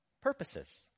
purposes